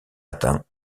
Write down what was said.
atteint